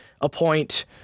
Appoint